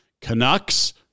Canucks